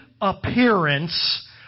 appearance